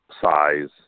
size